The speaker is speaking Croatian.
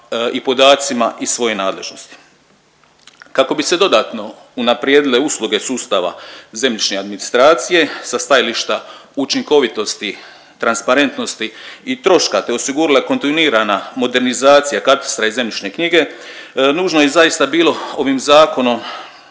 i podacima iz svoje nadležnosti. Kako bi se dodatno unaprijedile usluge sustava zemljišne administracije sa stajališta učinkovitosti, transparentnosti i troška te osigurala kontinuirana modernizacija katastra i zemljišne knjige, nužno je zaista bilo ovim Zakonom